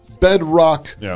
bedrock